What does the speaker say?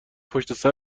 پشت